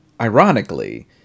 ironically